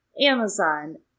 Amazon